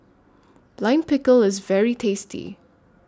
Lime Pickle IS very tasty